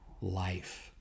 life